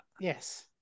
yes